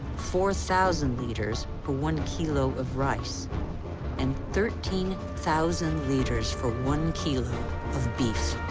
four thousand liters for one kilo of rice and thirteen thousand liters for one kilo of beef.